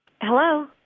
Hello